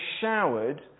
showered